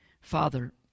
Father